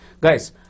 guys